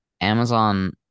Amazon